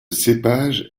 cépage